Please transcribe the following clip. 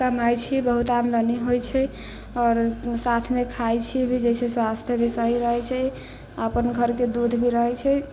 कमाइ छी बहुत आमदनी होइ छै आओर साथमे खाइ छी जाहिसँ स्वास्थ्य भी सही रहै छै आओर अपन घरके दूध भी रहै छै